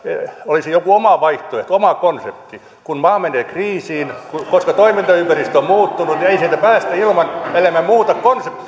olisi joku oma vaihtoehto oma konsepti kun maa menee kriisiin ja toimintaympäristö on muuttunut ei sieltä päästä ellemme muuta konseptia